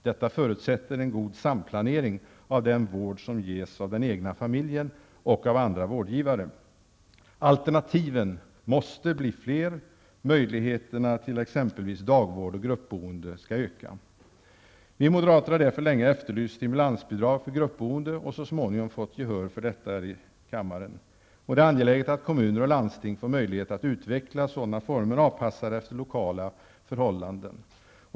Detta förutsätter en god samplanering av den vård som ges av den egna familjen och av andra vårdgivare. Alternativen måste bli fler, och möjligheterna till exempelvis dagvård och gruppboende skall öka. Vi moderater har därför under en lång tid efterlyst stimulansbidrag för gruppboende -- och så småningom fick vi också gehör för detta krav här i riksdagen. Det är angeläget att kommuner och landsting får möjlighet att utveckla sådana former avpassade efter lokala förhållanden.